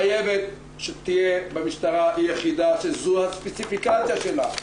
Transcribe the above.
חייבת שתהיה במשטרה יחידה שזו הספציפיקציה שלה,